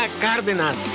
Cárdenas